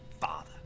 father